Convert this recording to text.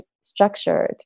structured